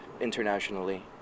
internationally